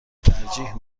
ترجیح